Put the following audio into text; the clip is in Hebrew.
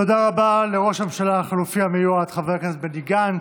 תודה רבה לראש הממשלה החלופי המיועד חבר הכנסת בני גנץ.